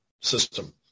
system